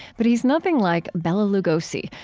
but he's nothing like bela lugosi,